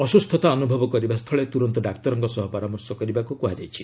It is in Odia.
ଅସୁସ୍ଥତା ଅନୁଭବ କରିବା ସ୍ଥଳେ ତୁରନ୍ତ ଡାକ୍ତରଙ୍କ ସହ ପରାମର୍ଶ କରିବାକୁ କୁହାଯାଇଛି